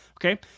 Okay